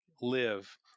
live